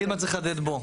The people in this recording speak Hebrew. אז תגיד מה צריך לתת בו.